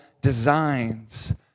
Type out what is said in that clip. designs